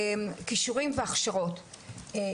כישורים והכשרות,